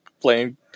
playing